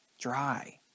dry